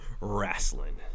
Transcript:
wrestling